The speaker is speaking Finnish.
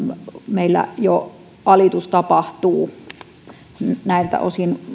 meillä jo valmiiksi tapahtuu alitus näiltä osin